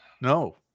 No